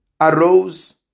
arose